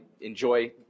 enjoy